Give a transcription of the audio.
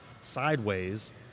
sideways